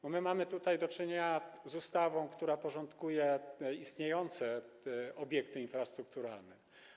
Bo mamy tutaj do czynienia z ustawą, która porządkuje istniejące obiekty infrastrukturalne.